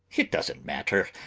it doesn't matter.